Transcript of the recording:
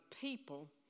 people